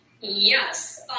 yes